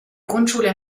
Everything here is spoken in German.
grundschule